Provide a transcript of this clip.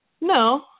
No